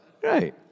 great